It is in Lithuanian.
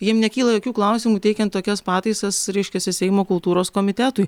jiem nekyla jokių klausimų teikiant tokias pataisas reiškiasi seimo kultūros komitetui